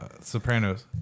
Sopranos